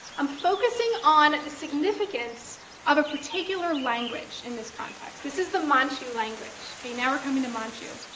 i'm focusing on the significance of a particular language in this context. this is the manchu language, okay, now we're coming to manchu.